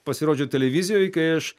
pasirodžiau televizijoj kai aš